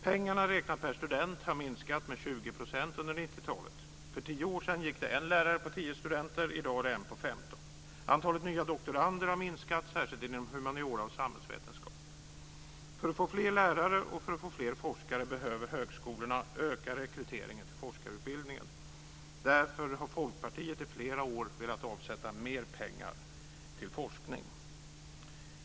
Pengarna räknat per student har minskat med 20 % under 90-talet. För tio år sedan gick det en lärare på tio studenter, i dag är det en på För att få fler lärare och för att få fler forskare behöver högskolorna öka rekryteringen till forskarutbildningen. Därför har Folkpartiet i flera år velat avsätta mer pengar till forskning.